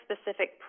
specific